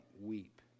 weep